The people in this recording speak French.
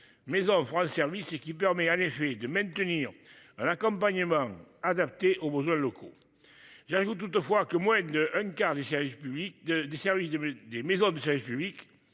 mais on fera le service et qui permet à l'effet de maintenir un accompagnement adapté aux besoins locaux. J'ajoute toutefois que moins d'un quart des services publics de des services de mes